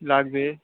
লাগবে